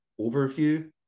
overview